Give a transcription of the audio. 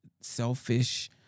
selfish